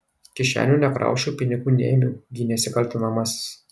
kišenių nekrausčiau pinigų neėmiau gynėsi kaltinamasis